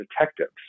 detectives